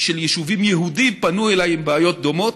של יישובים יהודיים פנו אליי עם בעיות דומות.